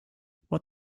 what